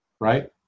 right